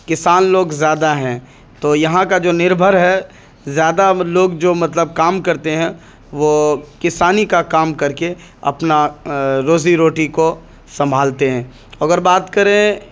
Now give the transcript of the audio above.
کسان لوگ زیادہ ہیں تو یہاں کا جو نربھر ہے زیادہ لوگ جو مطلب کام کرتے ہیں وہ کسانی کا کام کر کے اپنا روزی روٹی کو سنبھالتے ہیں اگر بات کریں